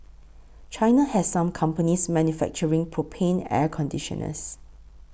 China has some companies manufacturing propane air conditioners